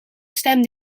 stem